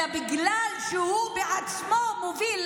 אלא בגלל שהוא בעצמו מוביל,